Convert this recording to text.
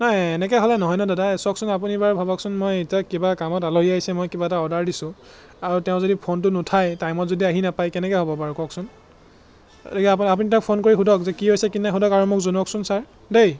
নাই এনেকৈ হ'লে নহয় ন দাদা চাওকচোন আপুনি বাৰু ভাবকচোন মই এতিয়া কিবা কামত আলহী আহিছে মই কিবা এটা অৰ্ডাৰ দিছোঁ আৰু তেওঁ যদি ফোনটো নুঠায় টাইমত যদি আহি নাপায় কেনেকৈ হ'ব বাৰু কওকচোন এই আপুনি আপুনি তেওঁক ফোন কৰি সোধক যে কি হৈছে কি নাই সোধক আৰু মোক জনাওকচোন ছাৰ দেই